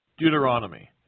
Deuteronomy